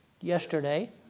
yesterday